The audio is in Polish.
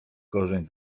korzeń